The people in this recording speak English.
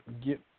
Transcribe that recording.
get